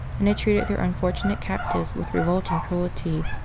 and had treated their unfortunate captives with revolting cruelty.